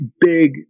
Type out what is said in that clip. big